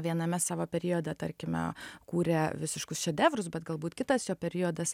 viename savo periode tarkime kūrė visiškus šedevrus bet galbūt kitas jo periodas